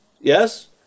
yes